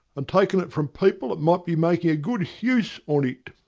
and takin' it from people that might be makin' a good huse on it.